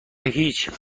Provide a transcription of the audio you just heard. هیچ